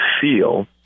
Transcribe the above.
feel